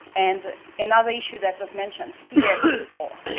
and another issue that was mentioned here before,